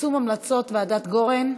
יישום המלצות ועדת גורן,